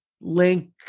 link